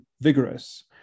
vigorous